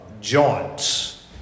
joints